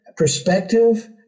perspective